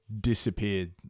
disappeared